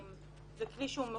זה כלי מאוד